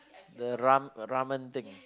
the ram~ the ramyeon thing